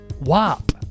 wop